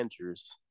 Andrews